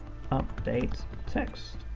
update text